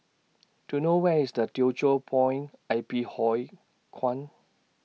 Do YOU know Where IS The Teochew Poit I P Huay Kuan